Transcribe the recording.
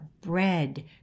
bread